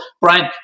Brian